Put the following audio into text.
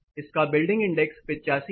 इसका building index 85 है